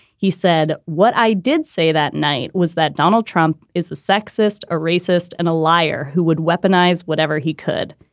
he said, what i did say that night was that donald trump is a sexist, a racist and a liar who would weaponize whatever he could.